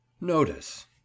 notice